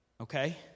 Okay